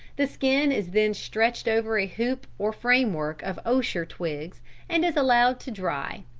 the skin is then stretched over a hoop or frame-work of osier twigs and is allowed to dry,